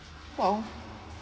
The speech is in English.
!wow!